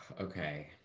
Okay